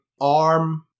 ARM